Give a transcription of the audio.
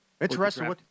Interesting